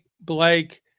Blake